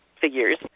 figures